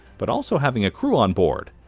but also having a crew on board.